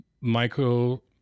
Michael